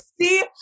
see